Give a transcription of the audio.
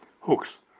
hooks